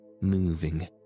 moving